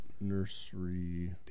Nursery